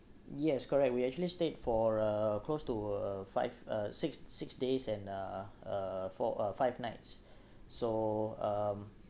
yes correct we actually stayed for uh close to uh five uh six six days and uh uh for uh five nights so um